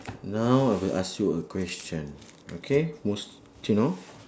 now I will ask you a question okay mustino